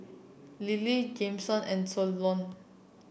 Lillie Jameson and Solon